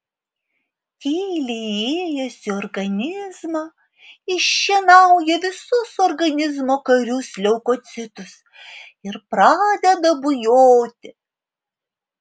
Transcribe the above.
tyliai įėjęs į organizmą iššienauja visus organizmo karius leukocitus ir pradeda bujoti